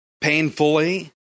painfully